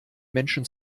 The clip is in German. menschen